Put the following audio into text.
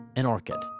an orchid.